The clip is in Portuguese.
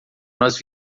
nós